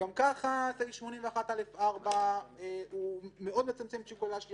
גם ככה סעיף 81א4 מאוד מצמצם את שיקול הדעת שלי,